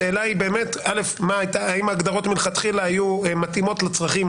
השאלה היא האם בסופו של דבר ההגדרות מלכתחילה היו מתאימות לצרכים